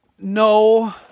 No